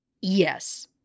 Yes